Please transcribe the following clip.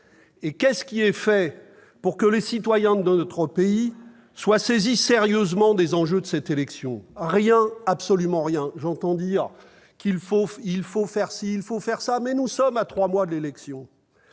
Et que fait-on pour que les citoyens de notre pays soient saisis sérieusement des enjeux de cette élection ? Absolument rien ! J'entends dire qu'il faut faire ceci ou cela, mais nous sommes à trois mois de l'élection.